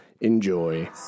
Enjoy